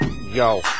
yo